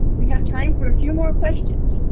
we have time for a few more questions.